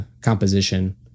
composition